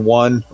one